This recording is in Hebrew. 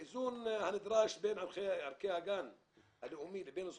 ההצעה לא נתקבלה ותהפוך